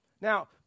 Now